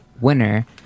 winner